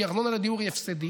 כי הארנונה לדיור היא הפסדית.